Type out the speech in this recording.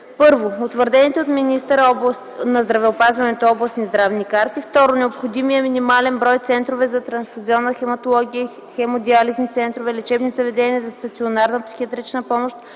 1. утвърдени от министъра на здравеопазването областни здравни карти; 2. необходимия минимален брой центрове за трансфузионна хематология, хемодиализни центрове, лечебни заведения за стационарна психиатрична помощ